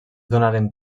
donaren